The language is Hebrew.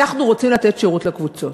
אנחנו רוצים לתת שירות לקבוצות.